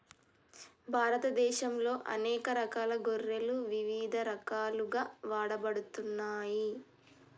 భారతదేశంలో అనేక రకాల గొర్రెలు ఇవిధ రకాలుగా వాడబడుతున్నాయి